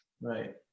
Right